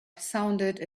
sounded